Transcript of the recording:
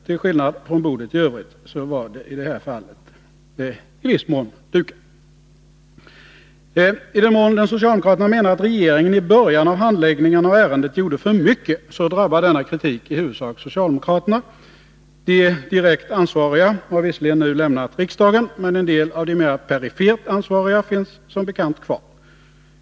Till skillnad från bordet i övrigt var det i det här fallet i viss mån dukat. I den mån socialdemokraterna menar att regeringen i början av handläggningen av ärendet gjorde för mycket, drabbar denna kritik i huvudsak socialdemokraterna. De direkt ansvariga har visserligen nu lämnat riksdagen, men en del av de mera perifert ansvariga finns som bekant kvar.